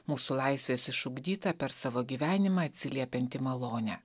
mūsų laisvės išugdytą per savo gyvenimą atsiliepianti malonę